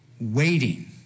waiting